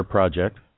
project